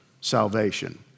salvation